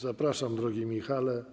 Zapraszam, drogi Michale.